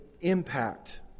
impact